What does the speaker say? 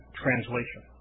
translation